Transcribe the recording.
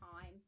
time